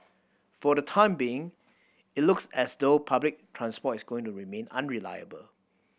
for the time being it looks as though public transport is going to remain unreliable